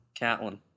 Caitlin